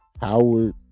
Howard